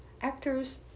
actors